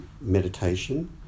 meditation